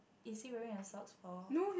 is he wearing a socks for